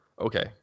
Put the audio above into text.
Okay